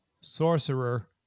Sorcerer